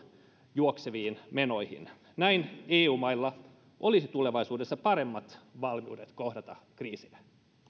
juokseviin menoihin näin eu mailla olisi tulevaisuudessa paremmat valmiudet kohdata kriisejä